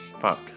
fuck